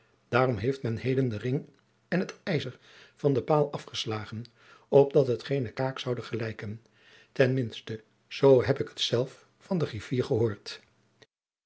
daarom heeft men heden den ring en t ijzer van den paal afgeslagen opdat het geene kaak zoude gelijken ten minsten zoo heb ik het zelf van den griffier gehoord